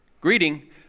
greeting